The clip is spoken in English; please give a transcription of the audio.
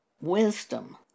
Wisdom